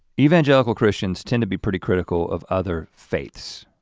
evangelical christians tend to be pretty critical of other faiths.